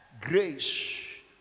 grace